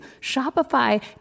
Shopify